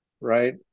right